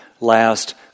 last